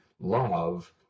Love